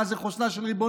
מה זה חוסנה של ריבונות.